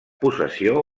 possessió